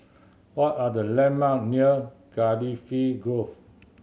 what are the landmark near Cardifi Grove